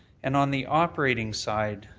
and on the operating side,